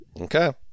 Okay